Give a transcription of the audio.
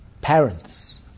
parents